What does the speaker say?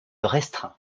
restreint